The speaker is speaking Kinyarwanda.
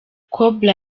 cobra